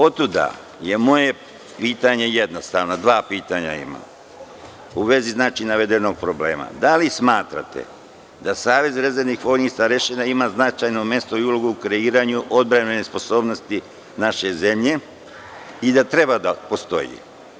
Otuda je moje pitanje veoma jednostavno, dva pitanja, u vezi navedenog problema, da li smatrate da Savez rezervnih vojnih starešina ima značajno mesto i ulogu u kreiranju odbrambene sposobnosti naše zemlje i da treba da postoji.